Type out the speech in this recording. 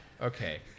okay